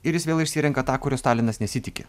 ir jis vėl išsirenka tą kuriuo stalinas nesitiki